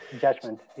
Judgment